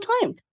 time